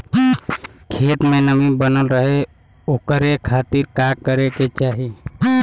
खेत में नमी बनल रहे ओकरे खाती का करे के चाही?